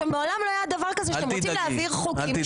מעולם לא היה דבר כזה שאתם רוצים להעביר חוקים --- אל תדאגי.